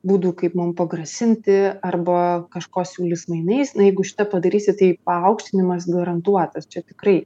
būdų kaip mum pagrasinti arba kažko siūlys mainais na jeigu šitą padarysi tai paaukštinimas garantuotas čia tikrai